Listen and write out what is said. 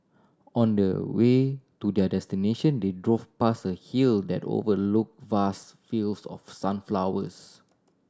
on the way to their destination they drove past a hill that overlook vast fields of sunflowers